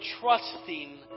trusting